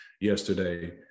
yesterday